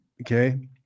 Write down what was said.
Okay